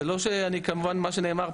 זה לא שאני מתעלם,